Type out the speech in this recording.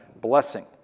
blessing